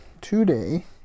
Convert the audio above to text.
today